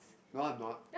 no no